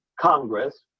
Congress